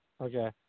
Okay